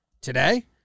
today